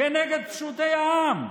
כנגד פשוטי העם.